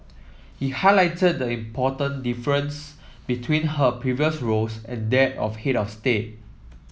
he highlighted the important difference between her previous roles and that of head of state